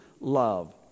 love